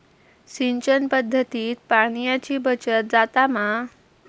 सिंचन पध्दतीत पाणयाची बचत जाता मा?